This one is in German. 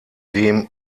dem